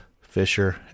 Fisher